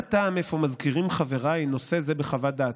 מה הטעם אפוא מזכירים חבריי נושא זה בחוות דעתם?